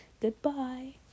Goodbye